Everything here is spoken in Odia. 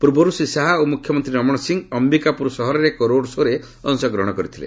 ପୂର୍ବରୁ ଶ୍ରୀ ଶାହା ଓ ମୁଖ୍ୟମନ୍ତ୍ରୀ ରମଣ ସିଂହ ଅୟିକାପୁର ସହରରେ ଏକ ରୋଡ୍ ଶୋରେ ଅଂଶଗ୍ରହଣ କରିଥିଲେ